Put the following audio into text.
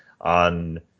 on